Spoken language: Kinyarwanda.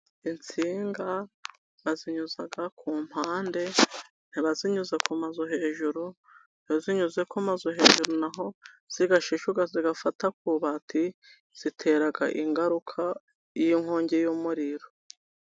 Insinga bazinyuza ku mpande, ntibazininyuza ku mazu hejuru, iyo zininyuze ku mazu hejuru naho zigashishuka zigafata ku ibati, zitera ingaruka y'nkongi y'umuriro.